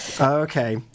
okay